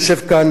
יושב כאן